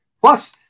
Plus